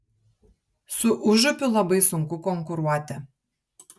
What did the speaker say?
su užupiu labai sunku konkuruoti